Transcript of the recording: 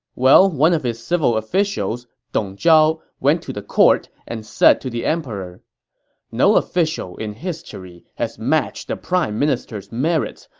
well, one of his civil officials, dong zhao, went to court and said to the emperor no official in history has matched the prime minister's merits,